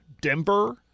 Denver